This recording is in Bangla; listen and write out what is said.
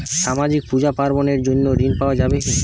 সামাজিক পূজা পার্বণ এর জন্য ঋণ পাওয়া যাবে কি?